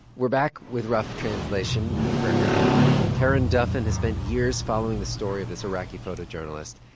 we're back with rough translation. i'm gregory warner. karen duffin has spent years following the story of this iraqi photojournalist,